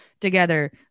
together